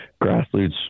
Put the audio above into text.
grassroots